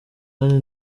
kandi